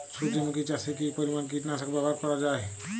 সূর্যমুখি চাষে কি পরিমান কীটনাশক ব্যবহার করা যায়?